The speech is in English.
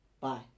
bye